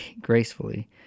gracefully